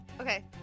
Okay